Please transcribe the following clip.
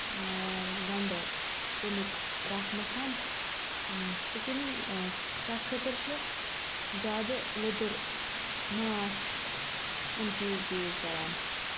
اۭں گَنڈٕ تَمیُک رَس مَتھان سِکِن تَتھ خٲطرٕ چھِ زیادٕ لیدٕر ماچھ أمۍ چیٖز یوٗز کَران